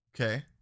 Okay